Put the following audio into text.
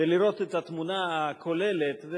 ולראות את התמונה הכוללת,